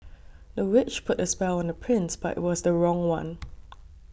the witch put a spell on the prince but it was the wrong one